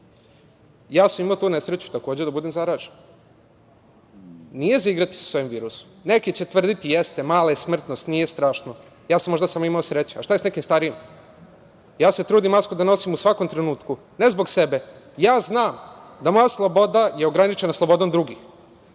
ja sam imao tu nesreću, takođe, da budem zaražen. Nije za igrati se sa ovim virusom. Neki će tvrditi jeste – mala je smrtnost, nije strašno. Možda sam samo imao sreće, a šta je sa nekim starijim? Trudim se masku da nosim u svakom trenutku ne zbog sebe. Znam da moja sloboda je ograničena slobodom drugih.